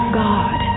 god